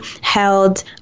held